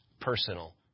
personal